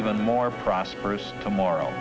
even more prosperous tomorrow